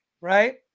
right